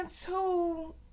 two